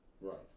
Right